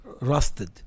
Rusted